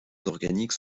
organiques